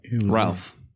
Ralph